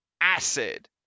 acid